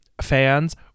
fans